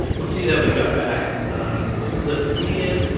we'll see that we got back the list of medias,